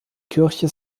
kirche